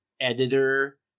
editor